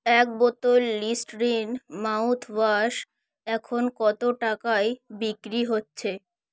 এক বোতল Listerine mouthwash এখন কত টাকায় বিক্রি হচ্ছে